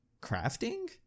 crafting